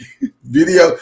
video